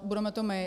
Budeme to my.